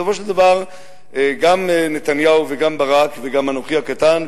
בסופו של דבר גם נתניהו וגם ברק וגם אנוכי הקטן,